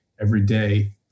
everyday